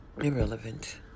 irrelevant